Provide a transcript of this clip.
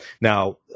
Now